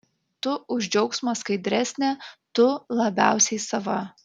tu už džiaugsmą skaidresnė tu labiausiai sava